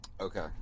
Okay